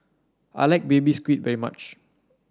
I like Baby Squid very much